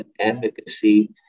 advocacy